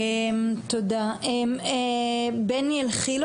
תודה, בני אלחילו